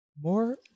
more